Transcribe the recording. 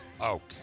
Okay